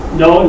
no